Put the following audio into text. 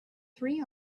three